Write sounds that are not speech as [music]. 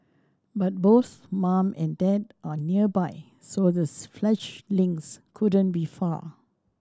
but both mum and dad are nearby so the [noise] fledglings couldn't be far